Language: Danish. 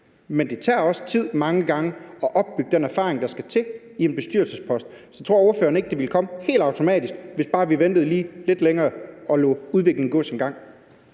Men det tager også tid mange gange at opbygge den erfaring, der skal til for at sidde på en bestyrelsespost. Tror ordføreren ikke, at det ville komme helt automatisk, hvis bare vi ventede lige lidt længere og lod udviklingen gå sin gang?